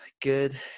good